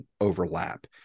overlap